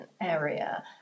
area